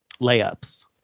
layups